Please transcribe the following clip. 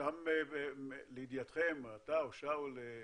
שם, לידיעתכם, אתה או שאול,